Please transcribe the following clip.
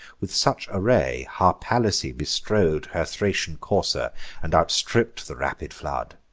with such array harpalyce bestrode her thracian courser and outstripp'd the rapid flood.